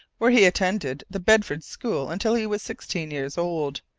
where he attended the bedford school until he was sixteen years old.